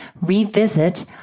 Revisit